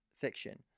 fiction